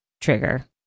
trigger